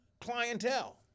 clientele